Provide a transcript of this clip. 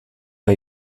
hay